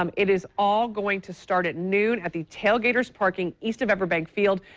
um it is all going to start at noon at the tailgater's parking east of everbank field.